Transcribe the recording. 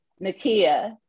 Nakia